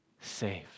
saved